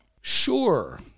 sure